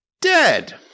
dead